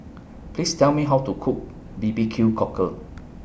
Please Tell Me How to Cook B B Q Cockle